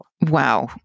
Wow